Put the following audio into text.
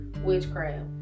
witchcraft